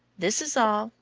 this is all,